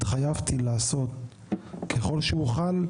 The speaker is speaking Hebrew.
התחייבתי לעשות ככל שאוכל,